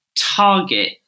target